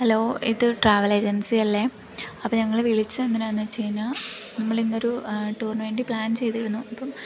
hello ഇത് travel agency അല്ലേ അപ്പോൾ ഞങ്ങൾ വിളിച്ചത് എന്തിനാന്നുവെച്ച് കഴിഞ്ഞാൽ നമ്മൾ ഇന്നൊരു ടൂറിന് വേണ്ടി പ്ലാൻ ചെയ്തിരുന്നു ഇപ്പം